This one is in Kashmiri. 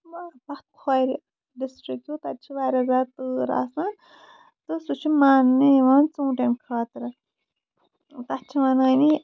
مطلب پَتھ کھورِ ڈِسٹرک تَتہِ چھِ واریاہ زیادٕ تۭر آسان تہٕ سُہ چھُ ماننہٕ یِوان ژوٗنٹیٚن خٲطرٕ تَتھ چھِ وَنٲنی